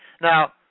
now